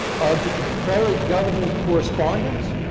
of the confederate government correspondence,